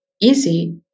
easy